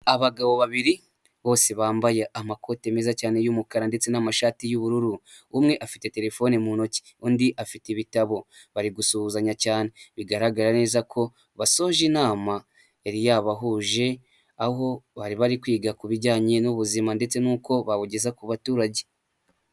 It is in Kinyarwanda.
Abagabo babiri bose bambaye amakoti meza cyane y'umukara ndetse n'amashati y'ubururu umwe afite telefone mu ntoki undi afite ibitabo bari gusuhuzanya cyane bigaragara neza ko bashoje inama yari yabahuje aho bari bari kwiga ku bijyanye n'ubuzima ndetse n'uko bawugeza ku baturage.